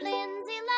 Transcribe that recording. Lindsay